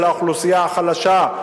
על האוכלוסייה החלשה,